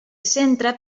centra